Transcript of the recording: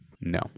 no